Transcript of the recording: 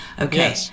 Okay